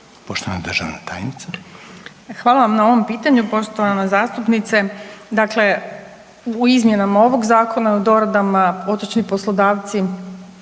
Poštovana državna tajnica. **Đurić, Spomenka** Hvala vam na ovom pitanju poštovana zastupnice. Dakle, u izmjenama ovog zakona i u doradama otočni poslodavci